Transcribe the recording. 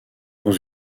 dans